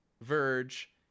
Verge